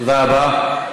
תודה רבה.